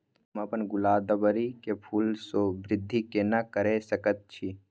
हम अपन गुलदाबरी के फूल सो वृद्धि केना करिये सकेत छी?